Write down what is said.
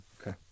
Okay